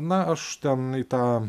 na aš ten į tą